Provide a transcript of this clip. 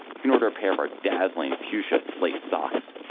you can order a pair of our dazzling fuchsia slate socks,